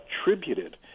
attributed